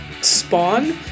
Spawn